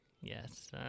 Yes